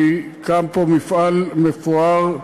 כי קם פה מפעל מפואר,